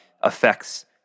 affects